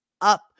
up